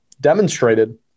demonstrated